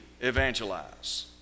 evangelize